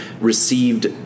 received